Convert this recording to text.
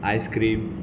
ice-cream